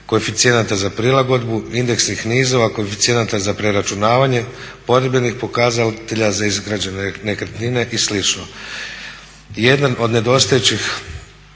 koeficijenata za prilagodbu, indeksnih nizova, koeficijenata za preračunavanje, poredbenih pokazatelja za izgrađene nekretnine i